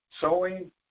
sewing